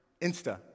Insta